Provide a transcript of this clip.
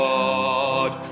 God